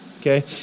Okay